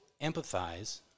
empathize